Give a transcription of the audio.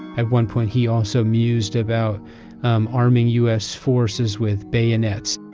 at one point he also mused about um arming u s. forces with bayonets.